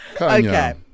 Okay